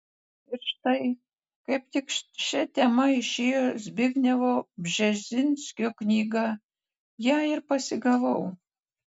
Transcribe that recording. ir štai kaip tik šia tema išėjo zbignevo bžezinskio knyga ją ir pasigavau